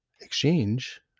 exchange